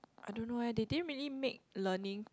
I don't know eh they didn't really make learning